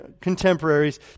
contemporaries